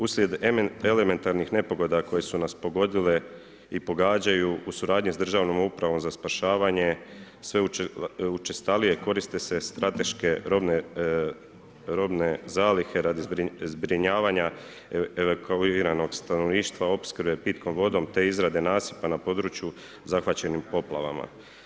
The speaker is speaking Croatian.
Uslijed elementarnih nepogoda koje su nas pogodile u pogađaju u suradnji sa Državnom upravom za spašavanje sve učestalije koriste se strateške robne zalihe radi zbrinjavanja evakuiranog stanovništva, opskrbe pitkom vodom te izrade nasipa na području zahvaćenim poplavama.